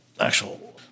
actual